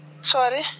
Sorry